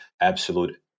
absolute